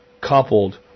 coupled